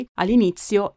all'inizio